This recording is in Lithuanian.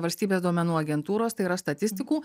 valstybės duomenų agentūros tai yra statistikų